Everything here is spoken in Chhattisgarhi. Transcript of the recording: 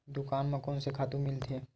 दुकान म कोन से खातु मिलथे?